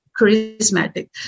charismatic